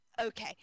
Okay